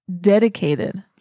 dedicated